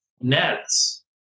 nets